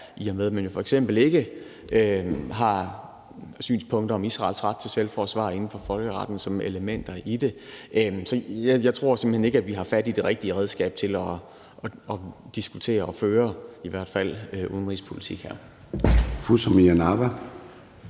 i og med at man jo f.eks. ikke har synspunkter om Israels ret til selvforsvar inden for folkeretten som elementer i det. Så jeg tror simpelt hen ikke, at vi her har fat i det rigtige redskab til at diskutere eller i hvert fald føre udenrigspolitik.